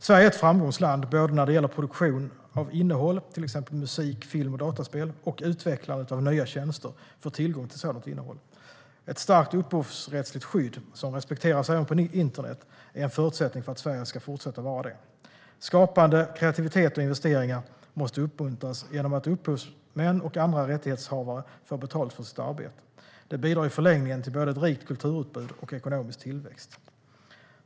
Sverige är ett framgångsland både när det gäller produktion av innehåll, till exempel musik, film och dataspel, och utvecklandet av nya tjänster för tillgång till sådant innehåll. Ett starkt upphovsrättsligt skydd, som respekteras även på internet, är en förutsättning för att Sverige ska fortsätta vara det. Skapande, kreativitet och investeringar måste uppmuntras genom att upphovsmän och andra rättighetshavare får betalt för sitt arbete. Det bidrar i förlängningen både till ett rikt kulturutbud och till ekonomisk tillväxt.